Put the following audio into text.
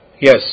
Yes